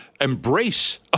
embrace